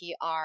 PR